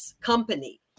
company